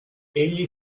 egli